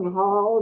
Hall